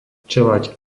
čeľaď